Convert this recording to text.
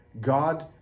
God